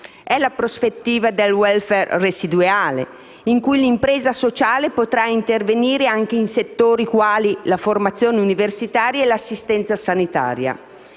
È la prospettiva del *welfare* residuale, in cui l'impresa sociale potrà intervenire anche in settori quali la formazione universitaria e l'assistenza sanitaria.